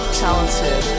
talented